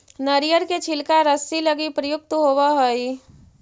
नरियर के छिलका रस्सि लगी प्रयुक्त होवऽ हई